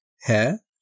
hair